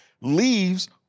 leaves